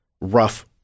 rough